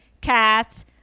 cats